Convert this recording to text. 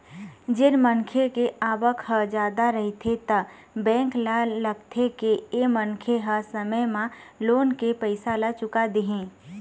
जेन मनखे के आवक ह जादा रहिथे त बेंक ल लागथे के ए मनखे ह समे म लोन के पइसा ल चुका देही